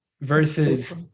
versus